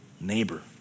neighbor